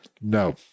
No